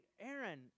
Aaron